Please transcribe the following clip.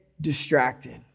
Distracted